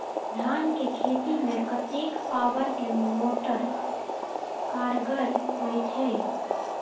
धान के खेती में कतेक पावर के मोटर कारगर होई छै?